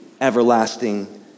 everlasting